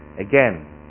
Again